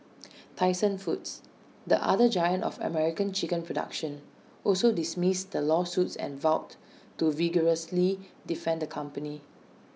Tyson foods the other giant of American chicken production also dismissed the lawsuits and vowed to vigorously defend the company